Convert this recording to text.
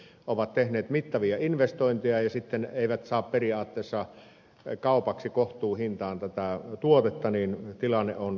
he ovat tehneet mittavia investointeja ja kun sitten eivät saa periaatteessa kaupaksi kohtuuhintaan tätä tuotetta niin tilanne on kestämätön